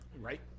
Right